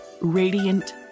Radiant